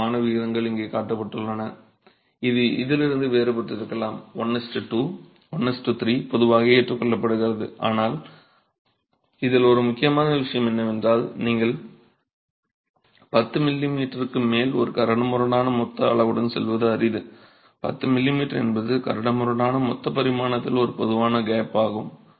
வழக்கமான விகிதங்கள் இங்கே காட்டப்பட்டுள்ளன இது இதிலிருந்து வேறுபட்டிருக்கலாம் 12 13 பொதுவாக ஏற்றுக்கொள்ளப்படுகிறது ஆனால் இதில் ஒரு முக்கியமான விஷயம் என்னவென்றால் நீங்கள் 10 mm க்கு மேல் ஒரு கரடுமுரடான மொத்த அளவுடன் செல்வது அரிது 10 mm என்பது கரடுமுரடான மொத்த பரிமாணத்தில் ஒரு பொதுவான கேப் ஆகும்